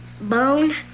bone